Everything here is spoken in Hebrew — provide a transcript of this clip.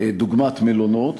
דוגמת מלונות,